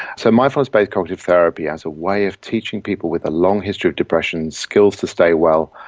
so mindfulness-based cognitive therapy as a way of teaching people with a long history of depression skills to stay well,